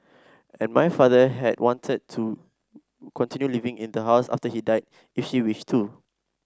and my father had wanted her to continue living in the house after he died if she wished to